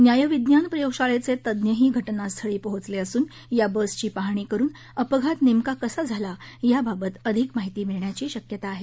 न्यायविज्ञान प्रयोगशाळेचे तज्ञही घटनास्थळी पोहोचलखिसून या बसची पाहणी करून अपघात नस्कि कसा झाला याबाबत अधिक माहिती मिळण्याची शक्यता आहे